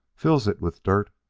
fills it with dirt,